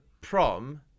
prom